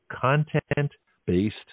content-based